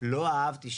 שלא אהבתי,